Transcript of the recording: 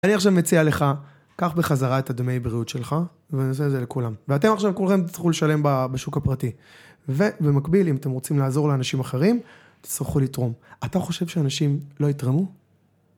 אני עכשיו מציע לך, קח בחזרה את הדמי בריאות שלך, ונעשה את זה לכולם. ואתם עכשיו כולכם תצטרכו לשלם בשוק הפרטי. ובמקביל, אם אתם רוצים לעזור לאנשים אחרים, תצטרכו לתרום. אתה חושב שאנשים לא יתרמו?